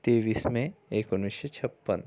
तेवीस मे एकोणीसशे छप्पन्न